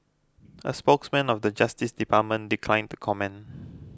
a spokesman of the Justice Department declined to comment